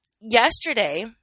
Yesterday